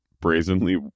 brazenly